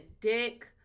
Dick